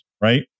right